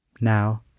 Now